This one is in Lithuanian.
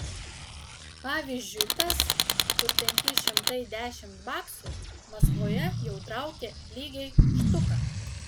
pavyzdžiui tas kur penki šimtai dešimt baksų maskvoje jau traukia lygiai štuką